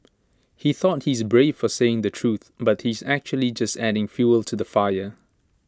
he thought he's brave for saying the truth but he's actually just adding fuel to the fire